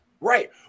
right